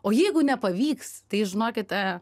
o jeigu nepavyks tai žinokite